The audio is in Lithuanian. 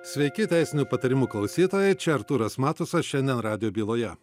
sveiki teisinių patarimų klausytojai čia artūras matusas šiandien radijo byloje